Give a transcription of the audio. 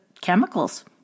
chemicals